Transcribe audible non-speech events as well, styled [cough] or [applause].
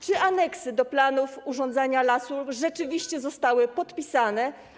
Czy aneksy do planów [noise] urządzania lasu rzeczywiście zostały podpisane?